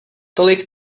tolik